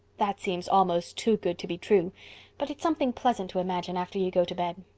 that seems almost too good to be true but it's something pleasant to imagine after you go to bed.